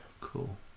Cool